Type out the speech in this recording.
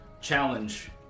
challenge